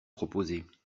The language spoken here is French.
proposées